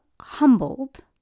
humbled